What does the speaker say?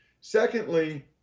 Secondly